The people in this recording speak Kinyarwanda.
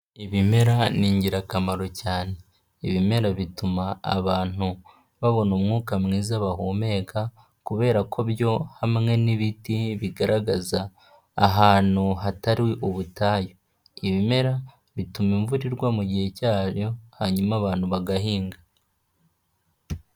Ibimera ni ingirakamaro cyane. Ibimera bituma abantu babona umwuka mwiza bahumeka, kubera ko byo hamwe n'ibiti bigaragaza ahantu hatari ubutayu. Ibimera bituma imvura igwa mu gihe cyayo, hanyuma abantu bagahinga.